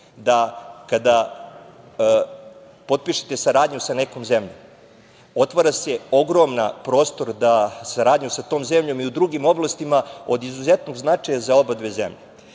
da kada potpišete saradnju sa nekom zemljom otvara se ogroman prostor da saradnju sa to zemljom i u drugim oblastima od izuzetnog značaja za obadve zemlje. Isto